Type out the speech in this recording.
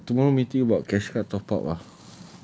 no lah but tomorrow meeting about cashcard top up ah